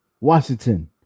Washington